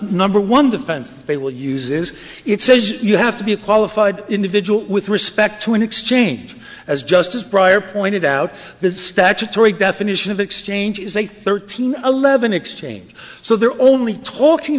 number one defense they will use is it says you have to be a qualified individual with respect to an exchange as justice briar pointed out this statutory definition of exchange is a thirteen eleven exchange so they're only talking